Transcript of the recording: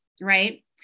right